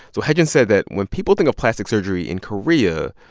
so heijin said that when people think of plastic surgery in korea,